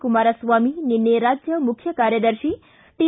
ಕುಮಾರಸ್ವಾಮಿ ನಿನ್ನೆ ರಾಜ್ಯ ಮುಖ್ಯ ಕಾರ್ಯದರ್ಶಿ ಟಿ